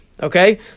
Okay